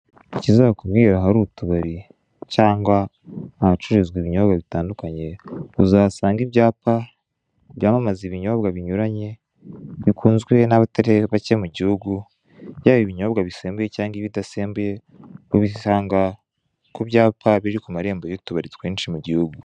Ikizakubwira ahari utubari cyangwa ahacururizwa ibinyobwa bitandukanye, uzahasanga ibyapa byamamaza ibinyobwa binyuranye, bikunzwe n'abatari bake mu gihugu, yaba ibinyobwa bisembuye cyangwa ibidasmbuye, ubisanga byo byapa biri ku marembo y'utubari twinshi mu gihugu.